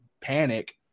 panic